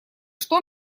что